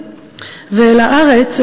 ואל הארץ,